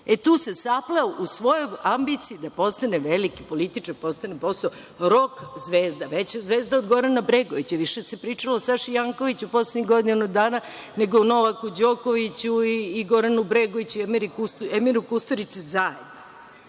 Tu se sapleo u svojoj ambiciji da postane veliki političar, a postao je prosto rok zvezda, veća zvezda od Gorana Bregovića. Više se pričalo o Saši Jankoviću u poslednjih godinu dana nego o Novaku Đokoviću, Goranu Bregoviću i Emiru Kusturici zajedno.